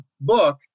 book